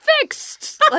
fixed